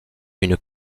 une